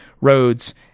roads